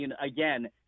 Again